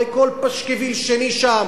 הרי כל פשקוויל שני שם,